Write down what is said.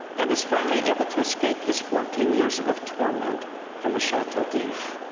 and is finally able to escape his fourteen years of torment from the chateau d'if.